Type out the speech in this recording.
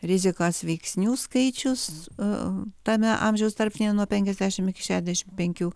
rizikos veiksnių skaičius o tame amžiaus tarpsnyje nuo penkiasdešimt iki šešiasdešimt penkių